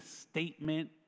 statement